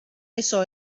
eso